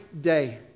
day